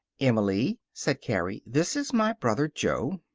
emily, said carrie, this is my brother, jo.